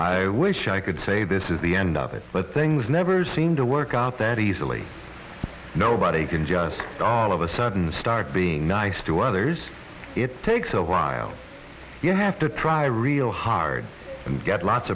i wish i could say this is the end of it but things never seem to work out that easily nobody can just of a sudden being nice to others it takes a while you have to try real hard and get lots